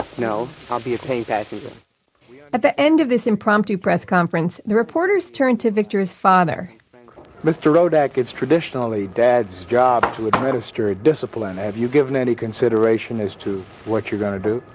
no, i'll be a paying passenger at the end of this impromptu press conference, the reporters turned to victor's father mr. rodack, it's traditionally dad's job to administer discipline. have you given any consideration as to what you're going to do?